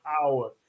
power